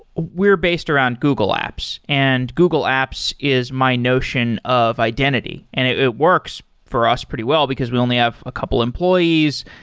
we're based around google apps, and google apps is my notion of identity, and it works for us pretty well, because we only have a couple of employees.